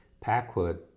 Packwood